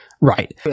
Right